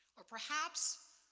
or perhaps,